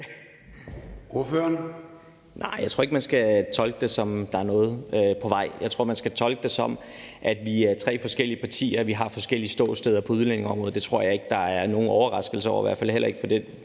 jeg tror ikke, man skal tolke det sådan, at der er noget på vej. Jeg tror, man skal tolke det, som at vi er tre forskellige partier, og at vi har forskellige ståsteder på udlændingeområdet, og det tror jeg ikke, der er nogen overraskelse over, i hvert fald heller ikke ifølge den